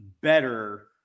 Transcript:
better